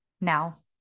Now